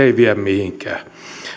ei vie mihinkään